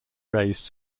raised